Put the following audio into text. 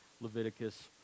Leviticus